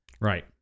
Right